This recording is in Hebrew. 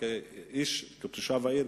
כתושב העיר,